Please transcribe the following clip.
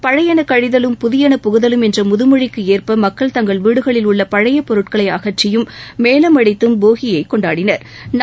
பழையன கழிதலும் புதியன புகுதலும் என்ற முதமொழிக்கு ஏற்ப மக்கள் தங்கள் வீடுகளில் உள்ள பழைய பொருட்களை அகற்றியும் மேளமடித்தும் போகியை கொண்டாடினா்